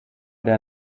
der